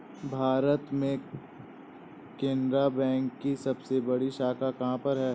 भारत में केनरा बैंक की सबसे बड़ी शाखा कहाँ पर है?